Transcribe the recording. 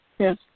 Yes